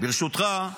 ברשותך,